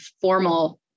formal